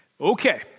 Okay